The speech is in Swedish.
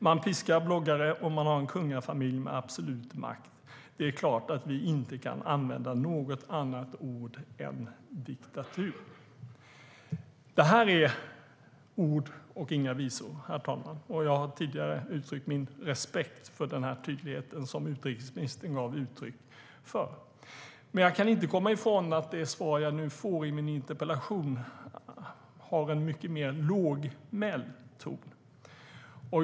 Man piskar bloggare, och man har en kungafamilj med absolut makt. Då är det klart att vi inte kan använda något annat ord än diktatur." Det här är ord och inga visor, herr talman. Jag har tidigare uttryckt min respekt för den tydlighet som utrikesministern gav uttryck för. Men jag kan inte komma ifrån att det svar jag nu får på min interpellation har en mycket mer lågmäld ton.